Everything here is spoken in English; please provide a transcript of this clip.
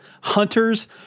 hunters